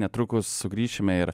netrukus sugrįšime ir